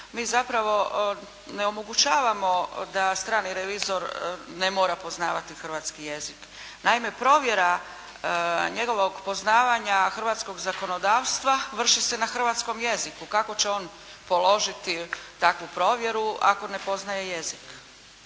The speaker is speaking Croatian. mi zapravo ne omogućavamo da strani revizor ne mora poznavati hrvatski jezik. Naime provjera njegovog poznavanja hrvatskog zakonodavstva vrši se na hrvatskom jeziku. Kako će on položiti takvu provjeru ako ne poznaje jezik.